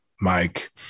Mike